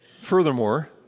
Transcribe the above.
Furthermore